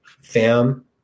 fam